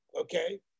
Okay